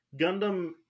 Gundam